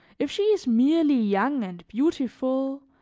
if she is merely young and beautiful,